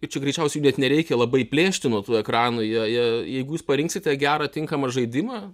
ir čia greičiausiai jų net nereikia labai plėšti nuo tų ekranų jie jie jeigu jūs parinksite gerą tinkamą žaidimą